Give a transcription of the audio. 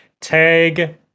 tag